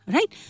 Right